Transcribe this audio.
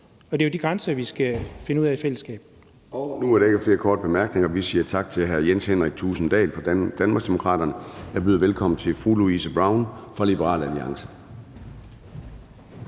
og det er de grænser, vi skal finde ud af i fællesskab. Kl. 11:02 Formanden (Søren Gade): Nu er der ikke flere korte bemærkninger. Vi siger tak til hr. Jens Henrik Thulesen Dahl fra Danmarksdemokraterne. Jeg byder velkommen til fru Louise Brown fra Liberal Alliance.